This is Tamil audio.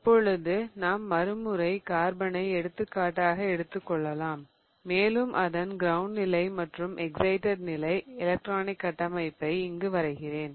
இப்பொழுது நாம் மறுமுறை கார்பனை எடுத்துக்காட்டாக எடுத்துக் கொள்ளலாம் மேலும் அதன் கிரவுண்ட் நிலை மற்றும் எஸ்சிடெட் நிலை எலெக்ட்ரானிக் கட்டமைப்பை இங்கு வரைகிறேன்